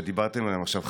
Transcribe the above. שדיברתם עליהם עכשיו,